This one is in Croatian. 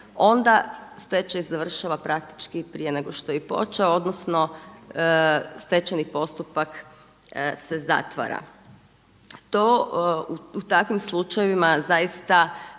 onda stečaj završava praktički prije nego što je i počeo, odnosno stečajni postupak se zatvara. To u takvim slučajevima zaista